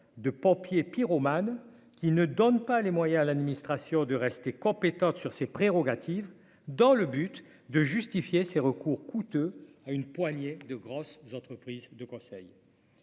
de pompier pyromane qui ne donne pas les moyens à l'administration de rester compétente sur ses prérogatives dans le but de justifier ces recours coûteux à une poignée de grosses entreprises de conseil.